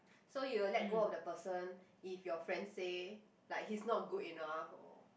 so you will let go of the person if your friends say like he's not good enough or